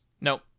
Nope